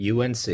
UNC